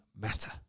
matter